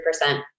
percent